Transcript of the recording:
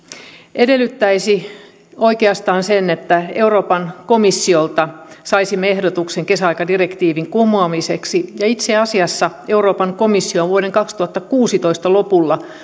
edellyttäisi oikeastaan sitä että euroopan komissiolta saisimme ehdotuksen kesäaikadirektiivin kumoamiseksi ja itse asiassa euroopan komissio on vuoden kaksituhattakuusitoista lopulla